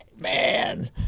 Man